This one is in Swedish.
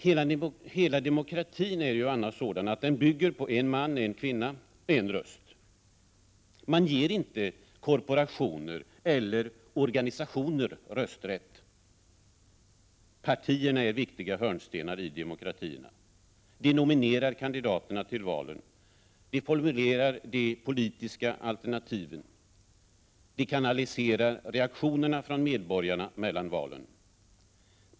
Hela demokratin bygger ju på en man/kvinna en röst. Man ger inte korporationer eller organisationer rösträtt. Partierna är viktiga hörnstenar i demokratierna. De nominerar kandidaterna till valen, formulerar de politiska alternativen och kanaliserar reaktionerna från medborgarna mellan valen.